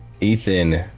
Ethan